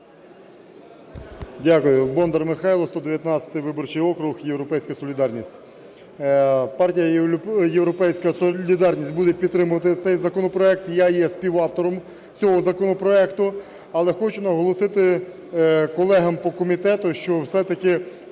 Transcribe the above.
Дякую. Бондар Михайло, 119 виборчий округ, "Європейська солідарність". Партія "Європейська солідарність" буде підтримувати, я є співавтором цього законопроекту. Але хочу наголосити колегам по комітету, що все-таки